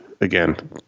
again